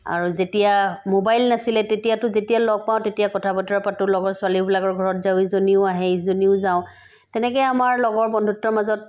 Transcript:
আৰু যেতিয়া মোবাইল নাছিলে তেতিয়াতো যেতিয়া লগ পাওঁ তেতিয়া কথা বতৰা পাতোঁ লগৰ ছোৱালীবিলাকৰ ঘৰত যাওঁ ইজনীও আহে ইজনীও যাওঁ তেনেকৈ আমাৰ লগৰ বন্ধুত্বৰ মাজত